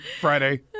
Friday